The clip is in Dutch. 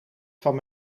van